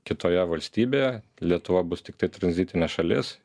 kitoje valstybėje lietuva bus tiktai tranzitinė šalis